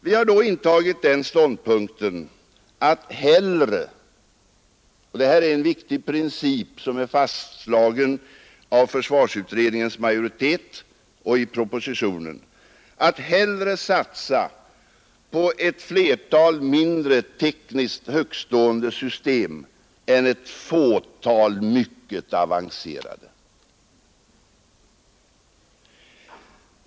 Vi har då intagit den ståndpunkten — och det här är en viktig princip, som är fastslagen av försvarsutredningens majoritet och i propositionen — att hellre satsa på ett flertal mindre tekniskt högtstående system än på ett fåtal mycket avancerade.